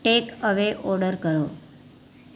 tech away order કરો